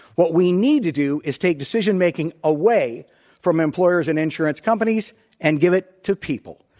what we need to do is take decision making away from employers and insurance companies and give it to people.